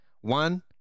One